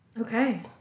Okay